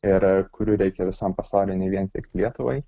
ir kurių reikia visam pasauliui ne vien tik lietuvai